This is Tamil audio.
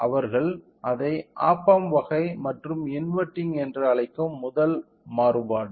அவர்கள் அதை ஆப் ஆம்ப் வகை மற்றும் இன்வெர்டிங் என்று அழைக்கும் முதல் மாறுபாடு